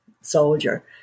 soldier